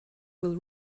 will